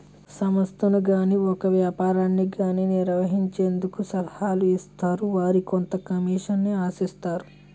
సంస్థను గాని ఒక వ్యాపారాన్ని గాని నిర్వహించేందుకు సలహాలు ఇస్తారు వారు కొంత కమిషన్ ఆశిస్తారు